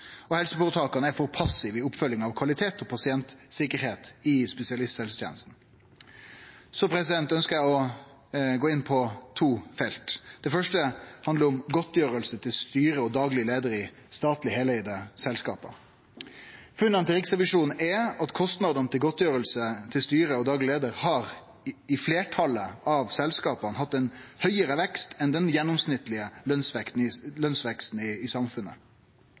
og helseføretaka er for passive i oppfølginga av kvalitet og pasientsikkerheit i spesialisthelsetenesta. Så ønskjer eg å gå nærare inn på to felt. Det første handlar om godtgjersle til styre og dagleg leiar i statlege heileigde selskap. Funna til Riksrevisjonen er at kostnadene til godtgjersle til styre og dagleg leiar i fleirtalet av selskapa har hatt ein høgare vekst enn den gjennomsnittlege lønsveksten i samfunnet.